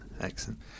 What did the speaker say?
excellent